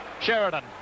Sheridan